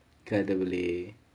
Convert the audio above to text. கடவுளே:kadavulae